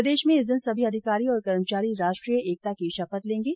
प्रदेश में इस दिन सभी अधिकारी और कर्मचारी राष्ट्रीय एकता की शपथ लेगें